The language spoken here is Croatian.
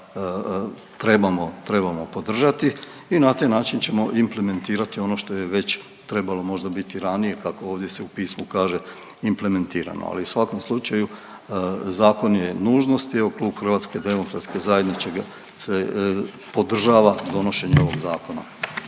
trebamo podržati i na taj način ćemo implementirati ono što je već trebalo možda biti ranije, kako ovdje se u pismu kaže, implementirano, ali u svakom slučaju, zakon je nužnost i evo, Klub HDZ-a .../nerazumljivo/... podržava donošenje ovog zakona.